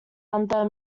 under